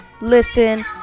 listen